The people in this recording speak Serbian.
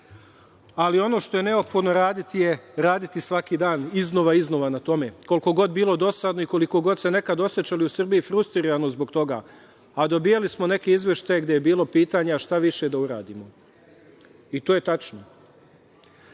ali ono što je neophodno raditi je raditi svakog dana iznova i iznova, koliko god bilo dosadno i koliko god se nekako osećali u Srbiji frustrirano zbog toga, a dobijali smo neke izveštaje gde je bilo pitanja šta više da uradimo i to je tačno. Šta